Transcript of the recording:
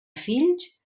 fills